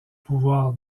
pouvoir